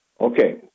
Okay